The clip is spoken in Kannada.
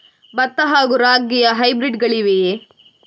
ಭತ್ತ ಹಾಗೂ ರಾಗಿಯ ಹೈಬ್ರಿಡ್ ಗಳಿವೆಯೇ?